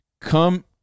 come